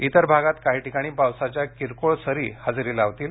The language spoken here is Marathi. इतर भागात काही ठिकाणी पावसाच्या किरकोळ सरी हजेरी लावतील